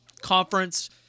conference